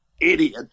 idiot